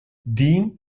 dean